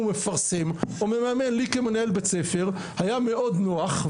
היה מאוד נוח,